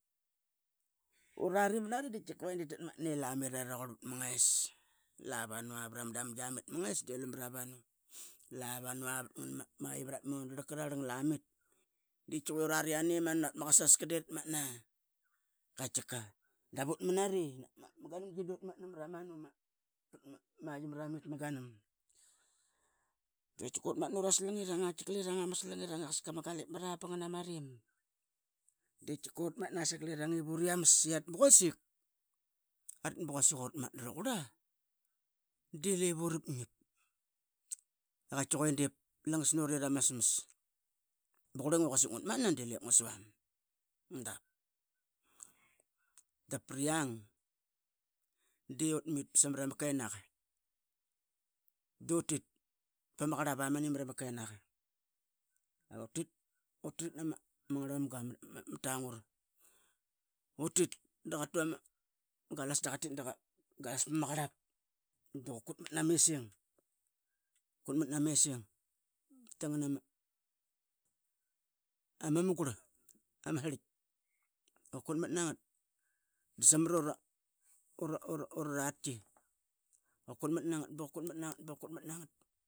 Urari mari di que da tatmatna lamira rauquarl pat ma nges lavanu pra ma damgia mit nges di lu mara vavanu pat mundarl qa rarlang di tkia que urari I animanu navat ma kasska di vatmatna. Daut manari navat ma Ganamgi di uratmatna maramanu ma pat maia ma ganam, qatkiqa uratmata ura slingirana ura slingirang I qasaka ma galip mar dangna ma rim. Aritk ba quasik uratmatna rauqurla di lep ur apngiap tki que dip langas nut toma smas. Ba quringua I quasik ngut matna bi lep ngu suam dap. Da priang di utmit basa samra ma kenaqa du tit pa ma qrlap Amani mara ma kenaqa. Utit ma ngarlmamga Tangur utit da qa tu ama galas da qa tit da qa qalas pa ma qrlap da qa qutmat ma ising ama mugurl am sirlitk qa qutmat nangat da samru ra ratqi. Qa qatmat nangat baqa qutmat nangat.